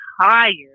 tired